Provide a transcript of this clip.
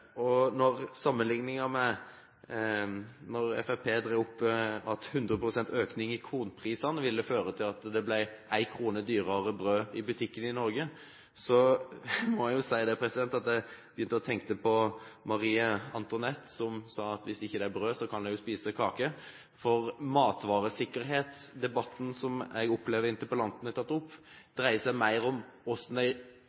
at 100 pst. økning i kornprisene ville føre til at det ble 1 kr dyrere brød i butikkene i Norge, må jeg si at jeg begynte å tenke på Marie Antoinette, som sa at hvis det ikke finnes brød, kan de jo spise kake. For debatten om matvaresikkerhet, som jeg oppfatter at interpellanten har dratt opp,